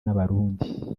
n’abarundi